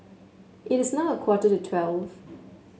it is now a quarter to twelve